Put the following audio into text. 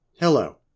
Hello